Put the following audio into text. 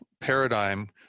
paradigm